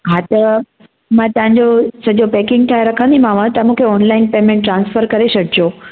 हा त मां तव्हांजो सॼो पैकिंग ठाहे रखंदीमांव तव्हां मूंखे ऑनलाइन पेमेंट ट्रांसफर करे छॾिजो